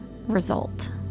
result